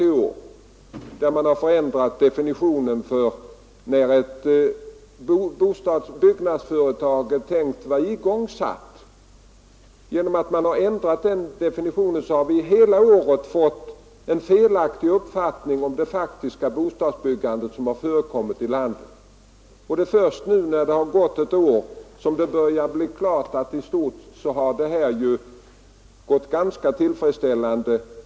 Genom att man har ändrat definitionen för när ett byggnadsföretag är igångsatt har vi hela året fått en felaktig uppfattning om det bostadsbyggande som faktiskt har förekommit i landet. Det är först nu när det har gått ett år som det börjar bli klart att det i stort sett har varit ganska tillfredsställande.